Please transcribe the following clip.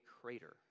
crater